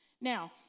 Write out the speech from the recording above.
Now